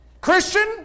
Christian